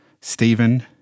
Stephen